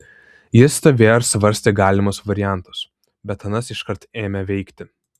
jis stovėjo ir svarstė galimus variantus bet anas iškart ėmė veikti